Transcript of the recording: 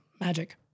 magic